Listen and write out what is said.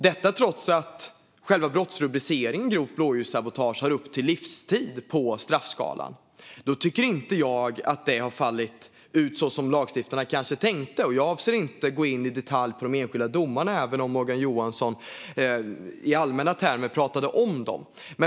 Detta trots att själva brottsrubriceringen grovt blåljussabotage har upp till livstid i straffskalan. Då tycker inte jag att det har fallit ut så som lagstiftarna kanske tänkte. Jag avser inte att gå in i detalj på de enskilda domarna, även om Morgan Johansson i allmänna termer pratade om dem.